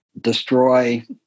destroy